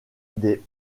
des